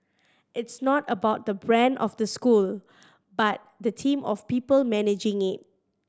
it's not about the brand of the school but the team of people managing it